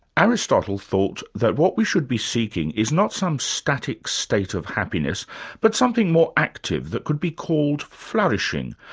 aristotle thought that what we should be seeking is not some static state of happiness but something more active that could be called flourishing,